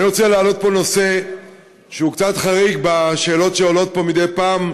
אני רוצה להעלות פה נושא שהוא קצת חריג בשאלות שעולות פה מדי פעם.